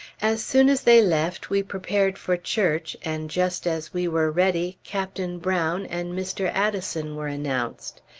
as soon as they left, we prepared for church, and just as we were ready, captain brown and mr. addison were announced.